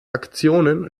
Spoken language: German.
aktionen